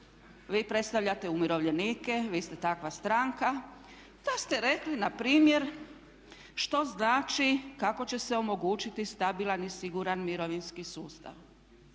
vi predstavljate umirovljenike, vi ste takva stranka da ste rekli na primjer što znači kako će se omogućiti stabilan i siguran mirovinski sustav.